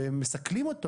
ומסכלים אותו.